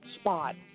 spot